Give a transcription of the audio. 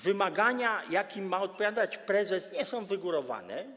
Wymagania, jakim ma odpowiadać prezes, nie są wygórowane.